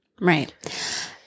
Right